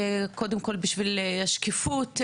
קודם כל בשביל השקיפות,